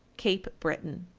cape breton.